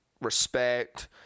respect